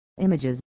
images